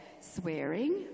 swearing